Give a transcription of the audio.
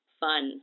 fun